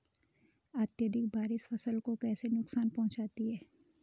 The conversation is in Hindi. अत्यधिक बारिश फसल को कैसे नुकसान पहुंचाती है?